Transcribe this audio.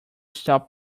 stop